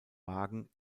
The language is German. wagen